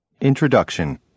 Introduction